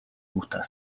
юутай